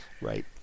Right